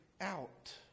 out